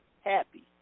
happy